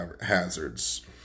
hazards